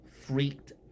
freaked